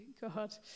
God